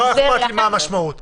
לא אכפת לי מה המשמעות.